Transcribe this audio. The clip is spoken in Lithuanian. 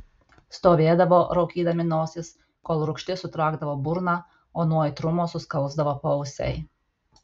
stovėdavo raukydami nosis kol rūgštis sutraukdavo burną o nuo aitrumo suskausdavo paausiai